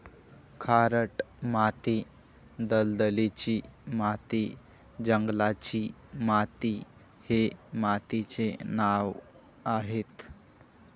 खारट माती, दलदलीची माती, जंगलाची माती हे मातीचे नावं आहेत